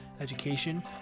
education